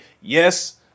yes